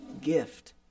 gift